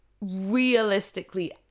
realistically